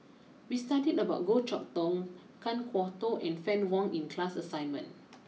we studied about Goh Chok Tong Kan Kwok Toh and Fann Wong in class assignment